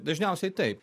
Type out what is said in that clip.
dažniausiai taip